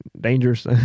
dangerous